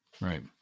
Right